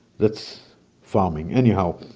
that's farming, anyhow,